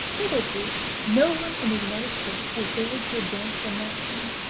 hitherto no one in the united states has dared to advance the maxim,